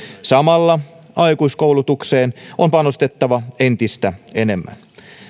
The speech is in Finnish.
samalla aikuiskoulutukseen on panostettava entistä enemmän